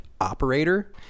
operator